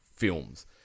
films